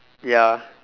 ya